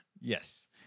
yes